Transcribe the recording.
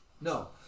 No